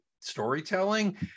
storytelling